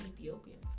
Ethiopian